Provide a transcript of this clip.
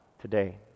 today